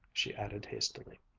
she added hastily.